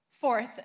Fourth